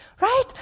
right